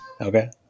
Okay